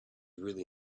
really